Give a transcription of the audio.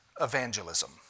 evangelism